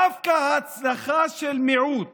הצלחה של מיעוט